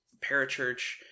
parachurch